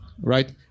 Right